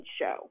show